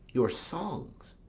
your songs?